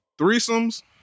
threesomes